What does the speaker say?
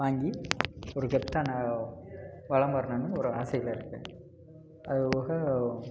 வாங்கி ஒரு கெத்தா நான் வலம் வரணுன்னு ஒரு ஆசையில் இருக்கேன் அதுபோக